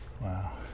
Wow